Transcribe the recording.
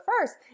first